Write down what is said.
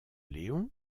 léon